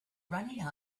running